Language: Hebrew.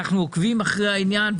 אנו עוקבים בעניין.